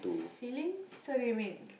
feelings so do you mean